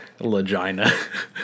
Legina